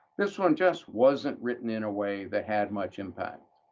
this one just wasn't written in a way that had much impact,